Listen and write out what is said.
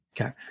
Okay